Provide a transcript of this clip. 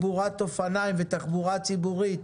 ותחבורה ציבורית